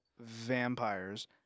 vampires